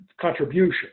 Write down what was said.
contribution